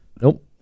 Nope